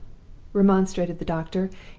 remonstrated the doctor,